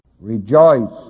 Rejoice